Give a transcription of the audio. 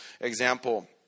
example